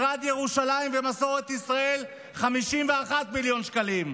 משרד ירושלים ומסורת ישראל, 51 מיליון שקלים,